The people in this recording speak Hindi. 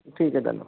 ठीक है धन्यवाद